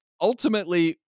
ultimately